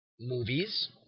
movies